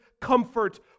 comfort